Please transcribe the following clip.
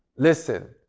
listen,